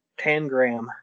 Tangram